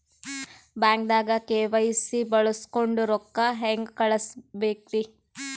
ಬ್ಯಾಂಕ್ದಾಗ ಕೆ.ವೈ.ಸಿ ಬಳಸ್ಕೊಂಡ್ ರೊಕ್ಕ ಹೆಂಗ್ ಕಳಸ್ ಬೇಕ್ರಿ?